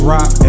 Rock